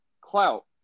clout